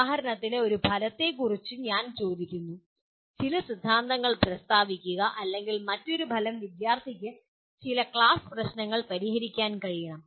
ഉദാഹരണത്തിന് ഒരു ഫലത്തെക്കുറിച്ച് ഞാൻ ചോദിക്കുന്നു ചില സിദ്ധാന്തങ്ങൾ പ്രസ്താവിക്കുക അല്ലെങ്കിൽ മറ്റൊരു ഫലം വിദ്യാർത്ഥിക്ക് ചില ക്ലാസ് പ്രശ്നങ്ങൾ പരിഹരിക്കാൻ കഴിയണം